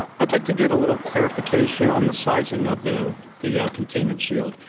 ah i'd like to get a little clarification on the sizing of the the containment shield.